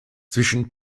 zwischen